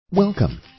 Welcome